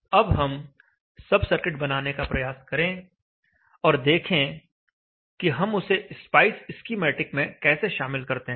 अब हम सब सर्किट बनाने का प्रयास करें और देखें कि हम उसे स्पाइस स्कीमेटिक में कैसे शामिल करते हैं